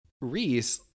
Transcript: Reese